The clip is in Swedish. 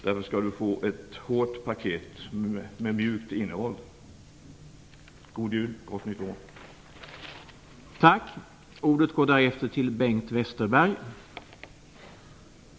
Du skall få ett hårt paket med mjukt innehåll. God jul och gott nytt år!